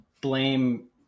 blame